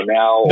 now